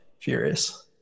furious